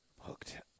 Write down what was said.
Hooked